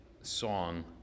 song